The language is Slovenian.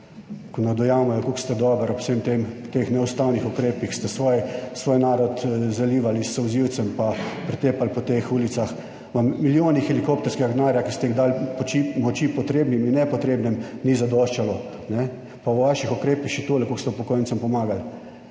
ko ne dojamejo, kako ste dobro, ob vsem tem, teh neustavnih ukrepih, ste svoj narod zalivali s solzivcem pa pretepali po teh ulicah, v milijonih helikopterskega denarja, ki ste jih dali pomoči potrebnim in nepotrebnem, ni zadoščalo, ne, pa v vaših ukrepih, še tole, kako(?) ste upokojencem pomagali.